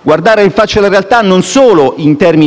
guardare in faccia la realtà, e in termini non solo